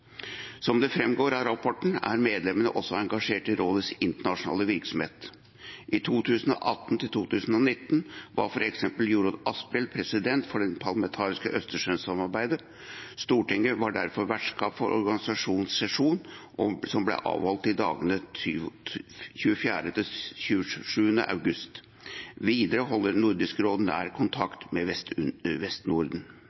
Som det framgår av rapporten, er medlemmene også engasjert i Rådets internasjonale virksomhet. I 2018–2019 var f.eks. Jorodd Asphjell president for det parlamentariske Østersjøsamarbeidet. Stortinget var derfor vertskap for organisasjonens sesjon, som ble avholdt i dagene 24.–27. august. Videre holder Nordisk råd nær